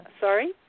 Sorry